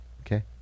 Okay